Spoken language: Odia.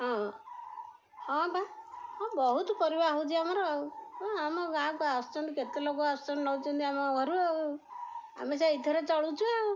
ହଁ ହଁ ବା ହଁ ବହୁତ ପରିବା ହେଉଛି ଆମର ଆଉ ହଁ ଆମ ଗାଁକୁ ଆସୁଛନ୍ତି କେତେ ଲୋକ ଆସୁଛନ୍ତି ନେଉଛନ୍ତି ଆମ ଘରୁ ଆଉ ଆମେ ସେଇଥିରେ ଚଳୁଛୁ ଆଉ